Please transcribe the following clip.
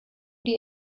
dir